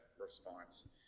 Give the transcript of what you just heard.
response